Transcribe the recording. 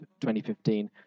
2015